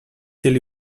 till